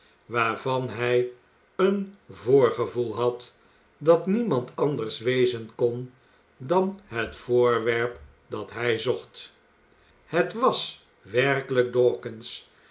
waarvan hij een voorgevoel had dat niemand anders wezen kon dan het voorwerp dat hij zocht het was werkelijk